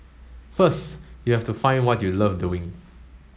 first you have to find what you love doing